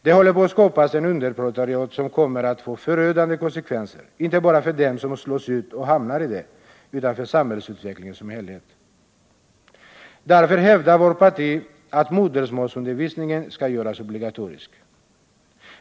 Det håller på att skapas ett underproletariat, vilket kommer att få förödande konsekvenser inte bara för dem som slås ut och hamnar i det utan även för samhällsutvecklingen som helhet. Därför hävdar vårt parti att modersmålsundervisningen skall göras obligatorisk.